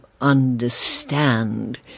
understand